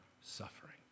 suffering